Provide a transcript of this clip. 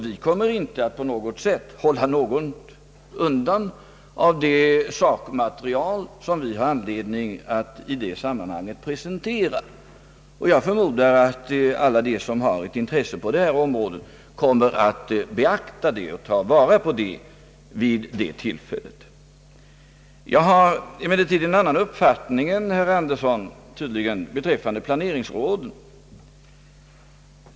Vi kommer inte att på något sätt undanhålla någonting av det sakmaterial som vi har anledning att i det sammanhanget presentera, Jag förmodar att alla de som har intresse för detta område kommer att beakta det och ta vara på det vid detta tillfälle. Jag har emellertid tydligen en annan uppfattning än herr Torsten Andersson beträffande planeringsråden.